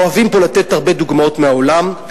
אוהבים פה לתת הרבה דוגמאות מהעולם,